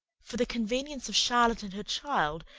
for the convenience of charlotte and her child,